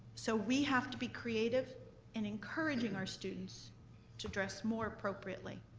so we have to be creative in encouraging our students to dress more appropriately.